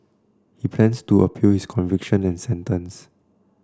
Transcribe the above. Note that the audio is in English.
he plans to appeal its conviction and sentence